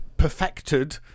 Perfected